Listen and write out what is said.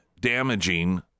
damaging